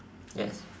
yes